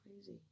crazy